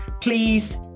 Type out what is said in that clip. please